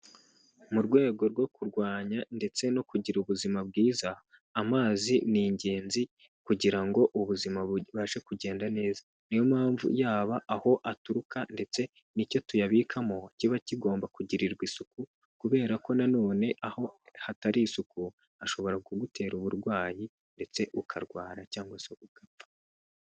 mM rwego rwo kurwanya ndetse no kugira ubuzima bwiza amazi ni ingenzi kugira ngo ubuzima bubashe kugenda neza, niyo mpamvu yaba aho aturuka ndetse n'icyo tuyabikamo kiba kigomba kugirirwa isuku kubera ko nanone aho hatari isuku ashobora kugutera uburwayi ndetse ukarwara cyangwa se ugapfa.